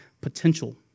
potential